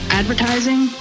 advertising